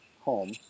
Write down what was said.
home